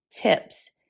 tips